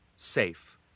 SAFE